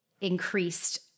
increased